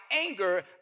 anger